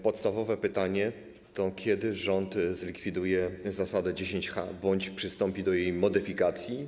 Podstawowe pytanie: Kiedy rząd zlikwiduje zasadę 10 h bądź przystąpi do jej modyfikacji?